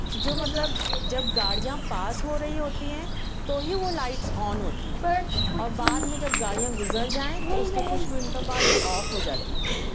جو مطلب جب گاڑیاں پاس ہو رہی ہوتی ہیں تو ہی وہ لائٹس آن ہوتی تھیں اور بعد میں جب گاڑیاں گزر جائیں تو اُس کے کچھ مِنٹوں بعد وہ آف ہو جاتی تھیں